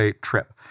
trip